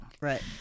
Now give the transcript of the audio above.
right